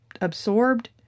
absorbed